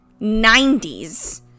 90s